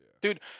Dude